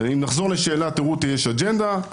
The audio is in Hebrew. ואם נחזור לשאלת לרותי יש אג'נדה,